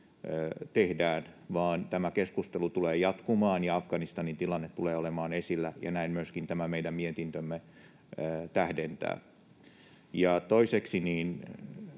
vaan tämä keskustelu tulee jatkumaan ja Afganistanin tilanne tulee olemaan esillä, ja näin myöskin tämä meidän mietintömme tähdentää. Toiseksi,